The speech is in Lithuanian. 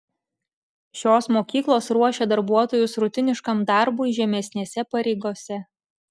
šios mokyklos ruošia darbuotojus rutiniškam darbui žemesnėse pareigose